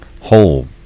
whole